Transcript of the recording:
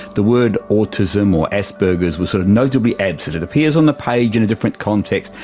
the word autism or asperger's was sort of notably absent. it appears on the page in different contexts,